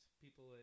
people